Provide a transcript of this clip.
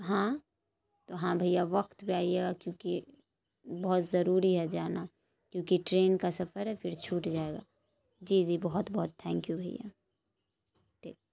ہاں تو ہاں بھیا وقت پہ آئیے گا کیونکہ بہت ضروری ہے جانا کیونکہ ٹرین کا سفر ہے پھر چھوٹ جائے گا جی جی بہت بہت تھینک یو بھیا ٹھیک